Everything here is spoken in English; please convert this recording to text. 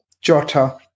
Jota